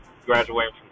graduating